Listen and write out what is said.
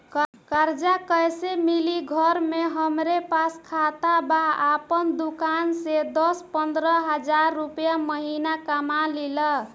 कर्जा कैसे मिली घर में हमरे पास खाता बा आपन दुकानसे दस पंद्रह हज़ार रुपया महीना कमा लीला?